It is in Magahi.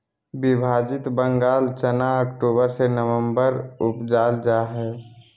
विभाजित बंगाल चना अक्टूबर से ननम्बर में उपजाल जा हइ